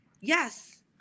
yes